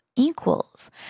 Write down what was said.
Equals